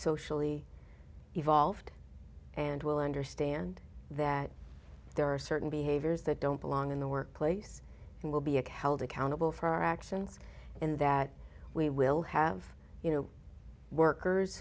socially evolved and will understand that there are certain behaviors that don't belong in the workplace and will be upheld accountable for our actions and that we will have you know workers